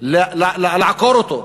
לעקור אותו,